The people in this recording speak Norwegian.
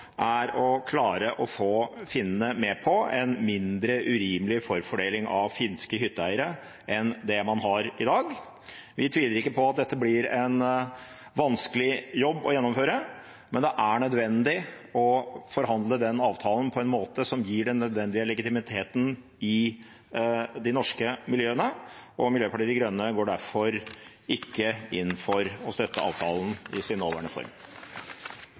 er å klare å få finnene med på en mindre urimelig forfordeling av finske hytteeiere enn det man har i dag. Vi tviler ikke på at dette blir en vanskelig jobb å gjennomføre, men det er nødvendig å forhandle den avtalen på en måte som gir den nødvendige legitimiteten i de norske miljøene. Miljøpartiet De Grønne går derfor ikke inn for å støtte avtalen i sin nåværende form.